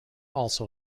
also